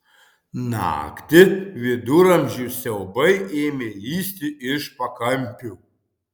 naktį viduramžių siaubai ėmė lįsti iš pakampių